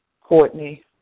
Courtney